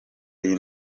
iyi